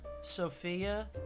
Sophia